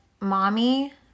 mommy